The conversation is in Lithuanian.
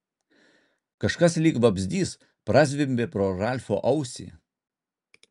kažkas lyg vabzdys prazvimbė pro ralfo ausį